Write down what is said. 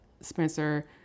Spencer